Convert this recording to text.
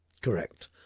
Correct